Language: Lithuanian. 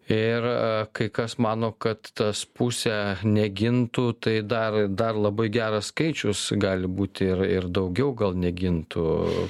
ir kai kas mano kad tas pusė negintų tai dar dar labai geras skaičius gali būti ir ir daugiau gal negintų